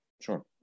Sure